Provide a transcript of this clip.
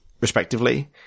respectively